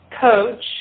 coach